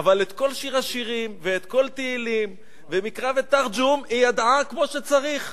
אבל את כל שיר השירים ואת כל תהילים ומקרא ותרגום היא ידעה כמו שצריך.